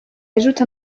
ajoute